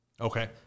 okay